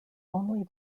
only